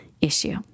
issue